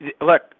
Look